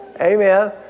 amen